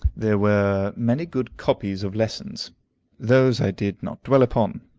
there were many good copies of lessons those i did not dwell upon.